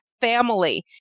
family